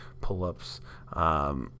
pull-ups